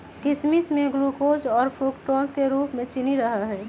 किशमिश में ग्लूकोज और फ्रुक्टोज के रूप में चीनी रहा हई